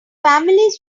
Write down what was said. families